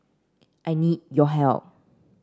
I need your help